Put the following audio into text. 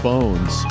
phones